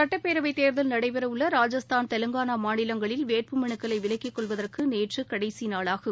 சுட்டப்பேரவை தேர்தல் நடைபெறவுள்ள ராஜஸ்தான் தெலுங்கானா மாநிலங்களில் வேட்பு மனுக்களை விலக்கிக் கொள்வதற்கு நேற்று கடைசி நாளாகும்